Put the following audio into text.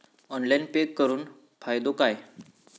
Online pay करुन फायदो काय?